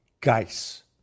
Geis